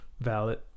Valid